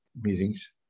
meetings